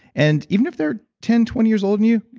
and even if they're ten, twenty years older than you,